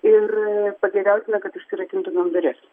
ir pageidautina kad užsirakintumėm duris